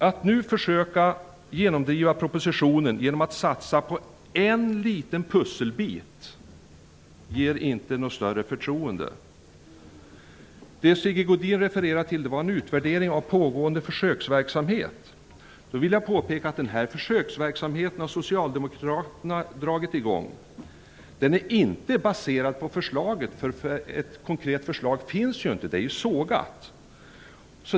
Att nu försöka genomdriva propositionen genom att satsa på en liten pusselbit ger inte något större förtroende. Det Sigge Godin refererade till var en utvärdering av pågående försöksverksamhet. Jag vill då påpeka att denna försöksverksamhet har Socialdemokraterna dragit i gång. Den är inte baserad på förslaget. Ett konkret förslag finns nämligen inte; det har sågats.